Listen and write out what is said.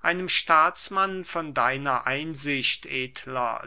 einem staatsmann von deiner einsicht edler